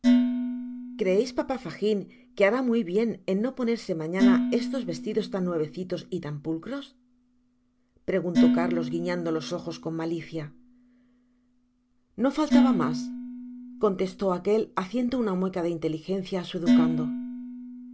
creeis papá fagin que hará muy bien en no ponerse mañana estos vestidos tannuevecitos y tan pulcros preguntó arlos guiñando los ojos con malicia no faltaba mas contestó aquel haciendo una mueca de inteligencia á su educando